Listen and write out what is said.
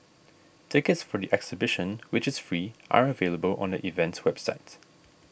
tickets for the exhibition which is free are available on the event's website